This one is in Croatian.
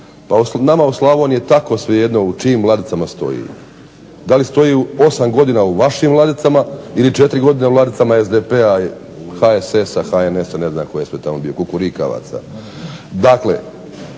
Pa nama u Slavoniji je tako svejedno u čijim ladicama stoji. Da li stoji 8 godinama u vašim ladicama ili 4 godine u ladicama SDP, HSS, HNS-a ne znam tko je sve tako bio kukurikavaca.